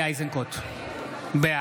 (קורא